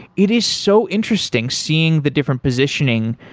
it is so interesting seeing the different positioning,